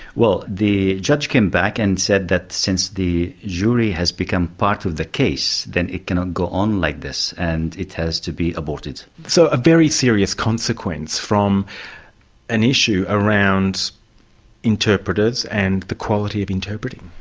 well the judge came back and said that since the jury has become part of the case, then it cannot go on like this and it has to be aborted. so a very serious consequence from an issue around interpreters and the quality of interpreting?